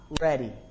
ready